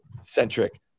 centric